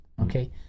okay